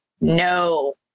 No